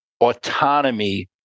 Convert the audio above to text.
autonomy